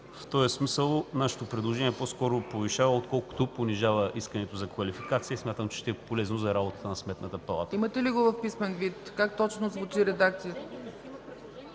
В този смисъл нашето предложение по-скоро повишава, отколкото понижава изискването за квалификация. Смятам, че ще е полезно за работата на Сметната палата. ПРЕДСЕДАТЕЛ ЦЕЦКА ЦАЧЕВА: Имате ли го в писмен вид? Как точно звучи редакцията?